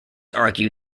argued